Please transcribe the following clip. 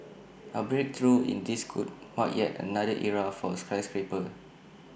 A breakthrough in this could mark yet another era for skyscrapers